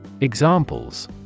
Examples